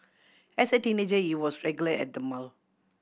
as a teenager he was regular at the mall